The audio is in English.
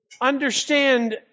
understand